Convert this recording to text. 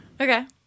Okay